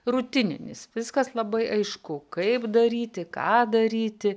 rutininis viskas labai aišku kaip daryti ką daryti